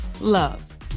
Love